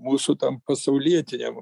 mūsų tam pasaulietiniam